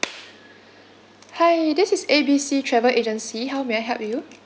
hi this is A B C travel agency how may I help you